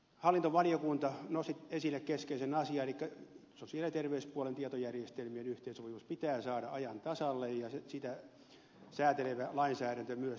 hallintovaliokunta nosti esille keskeisen asian elikkä sosiaali ja terveyspuolen tietojärjestelmien yhteensovitus pitää saada tämän vaalikauden aikana ajan tasalle ja sitä säätelevä lainsäädäntö myös